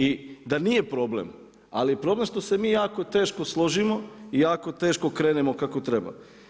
I da nije problem, ali problem je što se mi jako složimo i jako teško krenemo kako treba.